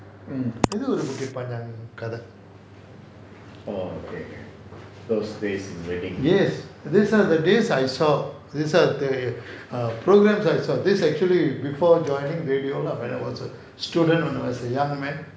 இது ஒரு:ithu oru bukit panjang கத:kadha yes these are the days I saw these are the programmes I saw these actually before joining radio when I was a student and I was a young man